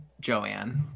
Joanne